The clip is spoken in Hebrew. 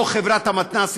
לא תמיד חברת המתנ"סים.